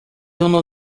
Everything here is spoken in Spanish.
uno